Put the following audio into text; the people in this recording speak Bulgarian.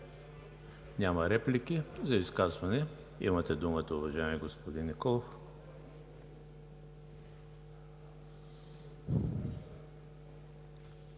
Няма. За изказване – имате думата, уважаеми господин Николов.